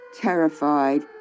terrified